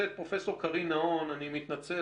שדן בחלופות האזרחיות לעומת הכלי של השב"כ.